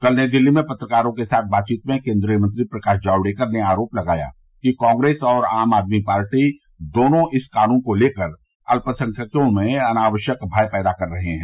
कल नई दिल्ली में पत्रकारों के साथ बातचीत में केंद्रीय मंत्री प्रकाश जावडेकर ने आरोप लगाया कि कांग्रेस और आम आदमी पार्टी दोनों इस कानून को लेकर अल्पसंख्यकों में अनावश्यक भय पैदा कर रहे हैं